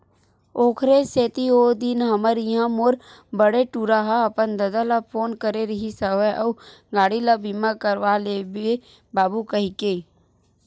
ओखरे सेती ओ दिन हमर इहाँ मोर बड़े टूरा ह अपन ददा ल फोन करे रिहिस हवय अउ गाड़ी ल बीमा करवा लेबे बाबू कहिके